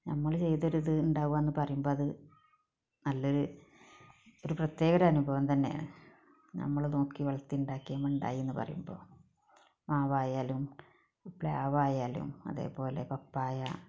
നമ്മൾ ചെയ്തൊര് ഇത് ഉണ്ടാവുക പറയുമ്പോൾ അത് നല്ലൊര് ഒരു പ്രത്യകമൊരു അനുഭവം തന്നേ നമ്മൾ നോക്കി വളർത്തിയതിന്മേൽ ഉണ്ടായത് പറയുമ്പോൾ മാവായാലും പ്ലാവായാലും അതേപോലെ പപ്പായ